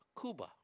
Cuba